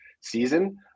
season